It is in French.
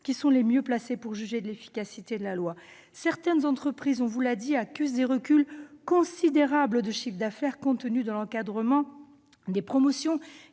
Ce sont eux les mieux placés pour juger de l'efficacité de la loi. Certaines entreprises accusent des reculs considérables de leur chiffre d'affaires compte tenu de l'encadrement des promotions